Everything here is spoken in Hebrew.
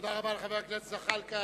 תודה רבה לחבר הכנסת זחאלקה.